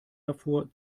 davor